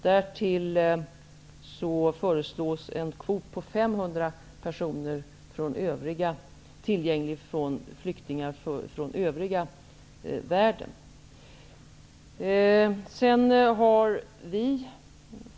Därtill föreslås en kvot på 500 personer, tillgänglig för flyktingar från övriga världen.